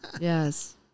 Yes